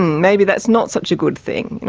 maybe that's not such a good thing.